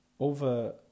Over